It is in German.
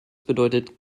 bedeutet